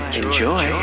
enjoy